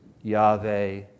Yahweh